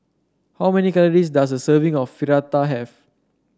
how many calories does a serving of Fritada have